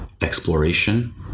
exploration